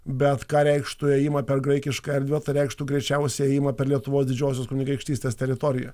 bet ką reikštų ėjimą per graikišką erdvę tai reikštų greičiausiai ėjimą per lietuvos didžiosios kunigaikštystės teritoriją